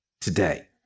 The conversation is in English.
today